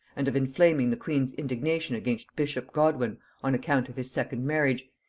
and of inflaming the queen's indignation against bishop godwin on account of his second marriage,